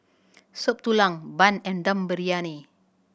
Soup Tulang bun and Dum Briyani